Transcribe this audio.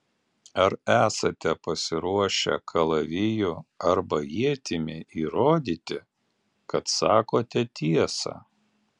ar esate pasiruošę kalaviju arba ietimi įrodyti kad sakote tiesą